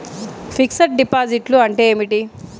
Fixed డిపాజిట్లు అంటే ఏమిటి?